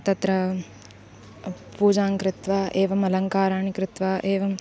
तत्र अप् पूजां कृत्वा एवम् अलङ्कारान् कृत्वा एवम्